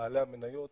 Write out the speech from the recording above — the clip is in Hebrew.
מבעלי המניות